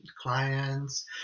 clients